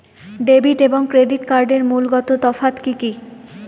Debit এবং credit কার্ডের মূলগত তফাত কি কী?